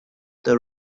the